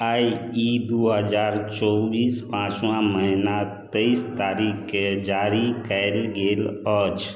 आ ई दू हजार चौबीस पाँचबा महिना तेइस तारीखके जारी कयल गेल अछि